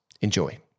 Enjoy